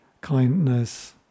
kindness